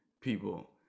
people